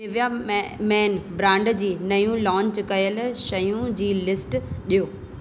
Nivea मे main brand जी नयूं लांच कयल शयुनि जी लिस्ट ॾियो